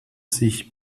sich